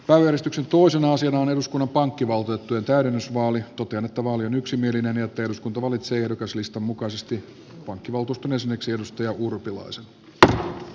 maanjäristyksen tuhoisin ase on eduskunnan pankkivaltuutettujen totean että vaali on yksimielinen ja että eduskunta valitsee ehdokaslistan mukaisesti eduskunnan pankkivaltuuston jäseneksi jutta urpilaisen